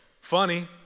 Funny